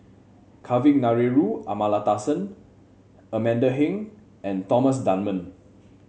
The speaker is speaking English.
Kavignareru Amallathasan Amanda Heng and Thomas Dunman